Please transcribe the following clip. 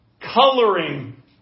coloring